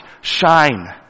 shine